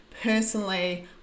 Personally